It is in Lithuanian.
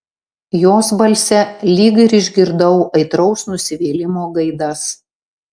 jos balse lyg ir išgirdau aitraus nusivylimo gaidas